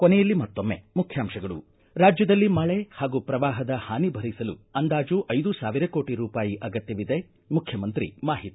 ಕೊನೆಯಲ್ಲಿ ಮತ್ತೊಮ್ಮೆ ಮುಖ್ಯಾಂಶಗಳು ರಾಜ್ಞದಲ್ಲಿ ಮಳೆ ಹಾಗೂ ಪ್ರವಾಹದ ಹಾನಿ ಭರಿಸಲು ಅಂದಾಜು ಐದು ಸಾವಿರ ಕೋಟಿ ರೂಪಾಯಿ ಅಗತ್ತವಿದೆ ಮುಖ್ಯಮಂತ್ರಿ ಮಾಹಿತಿ